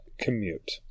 commute